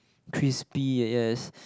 crispy ya yes